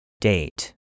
Date